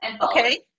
Okay